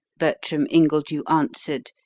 bertram ingledew answered,